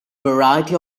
variety